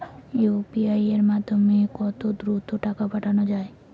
UPI এর মাধ্যমে কত দ্রুত টাকা পাঠানো যায়?